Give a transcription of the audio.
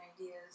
ideas